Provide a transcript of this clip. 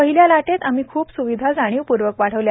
पहिल्या लाटेत आम्ही ख्प स्विधां जाणीवपूर्वक वाढवल्या